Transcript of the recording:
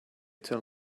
tell